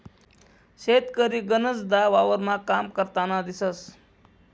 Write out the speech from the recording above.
शेतकरी गनचदा वावरमा काम करतान दिसंस